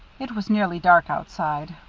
it was nearly dark outside.